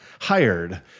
hired